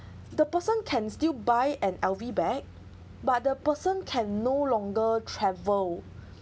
the person can still buy an L_V bag but the person can no longer travel